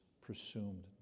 presumed